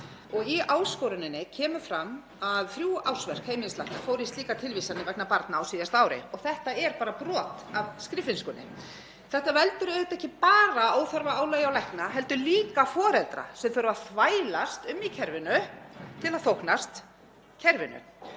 Í áskoruninni kemur fram að þrjú ársverk heimilislækna fóru í slíkar tilvísanir vegna barna á síðasta ári og þetta er bara brot af skriffinnskunni. Þetta veldur auðvitað ekki bara óþarfaálagi á lækna heldur líka foreldra sem þurfa að þvælast um í kerfinu til að þóknast kerfinu.